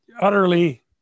utterly